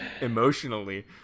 emotionally